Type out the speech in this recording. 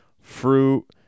fruit